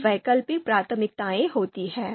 तब वैकल्पिक प्राथमिकताएँ होती हैं